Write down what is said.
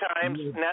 times